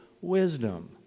wisdom